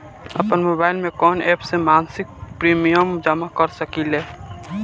आपनमोबाइल में कवन एप से मासिक प्रिमियम जमा कर सकिले?